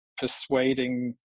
persuading